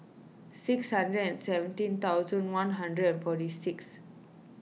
six hundred and seventeen thousand one hundred and forty six